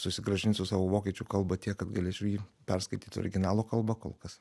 susigrąžinsiu savo vokiečių kalbą tiek kad galėčiau jį perskaityti originalo kalba kol kas